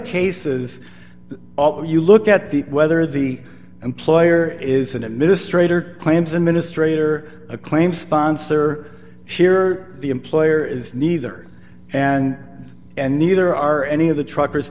cases although you look at the whether the employer is an administrator claims administrator a claim sponsor here the employer is neither and and neither are any of the truckers